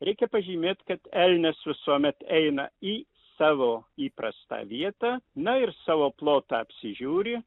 reikia pažymėt kad elnias visuomet eina į savo įprastą vietą na ir savo plotą apsižiūri